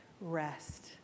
rest